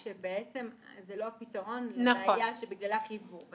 כשבעצם זה לא הפתרון לעניין שבגללה חייבו.